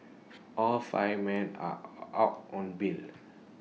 all five men are out on bail